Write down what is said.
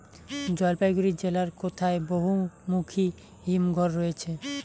জলপাইগুড়ি জেলায় কোথায় বহুমুখী হিমঘর রয়েছে?